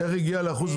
איך זה הגיע ל-1.5%?